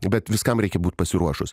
bet viskam reikia būti pasiruošus